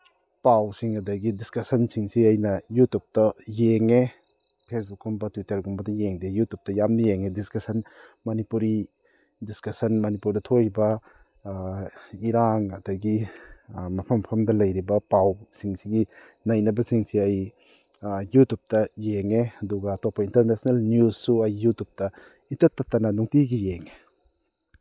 ꯄꯥꯎꯁꯤꯡ ꯑꯗꯒꯤ ꯗꯤꯁꯀꯁꯟꯁꯤꯡꯁꯤ ꯑꯩꯅ ꯌꯨꯇꯨꯞꯇ ꯌꯦꯡꯉꯦ ꯐꯦꯁꯕꯨꯛꯀꯨꯝꯕ ꯇ꯭ꯋꯤꯇꯔꯒꯨꯝꯕꯗ ꯌꯦꯡꯗꯦ ꯌꯨꯇꯨꯞꯇ ꯌꯥꯝꯅ ꯌꯦꯡꯉꯦ ꯗꯤꯁꯀꯁꯟ ꯃꯅꯤꯄꯨꯔꯤ ꯗꯤꯁꯀꯁꯟ ꯃꯅꯤꯄꯨꯔꯗ ꯊꯣꯛꯏꯕ ꯏꯔꯥꯡ ꯑꯗꯒꯤ ꯃꯐꯝ ꯃꯐꯝꯗ ꯂꯩꯔꯤꯕ ꯄꯥꯎꯁꯤꯡꯁꯤꯒꯤ ꯅꯩꯅꯕꯁꯤꯡꯁꯤ ꯑꯩ ꯌꯨꯇꯨꯞꯇ ꯌꯦꯡꯉꯦ ꯑꯗꯨꯒ ꯑꯇꯣꯞꯄ ꯏꯟꯇꯔꯅꯦꯁꯅꯦꯜ ꯅ꯭ꯌꯨꯁꯁꯨ ꯑꯩ ꯌꯨꯇꯨꯞꯇ ꯏꯇꯠ ꯇꯠꯇꯅ ꯅꯨꯡꯇꯤꯒꯤ ꯌꯦꯡꯉꯦ